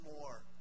more